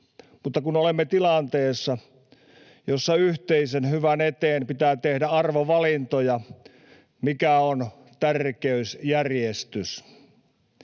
mutta kun olemme tilanteessa, jossa yhteisen hyvän eteen pitää tehdä arvovalintoja, mikä on tärkeysjärjestys?